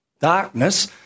darkness